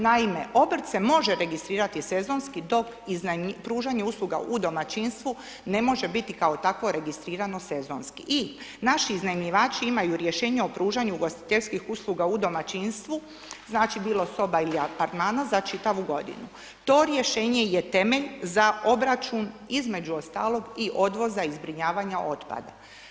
Naime, obrt se može registrirati sezonski dok pružanje usluga u domaćinstvu ne može biti kao takvo registrirano sezonski i naši iznajmljivači imaju rješenje o pružanju ugostiteljskih usluga u domaćinstvu, znači bilo soba ili apartmana za čitavu godinu, to rješenje je temelj za obračun između ostalog i odvoza i zbrinjavanja otpada.